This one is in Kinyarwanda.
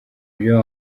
byo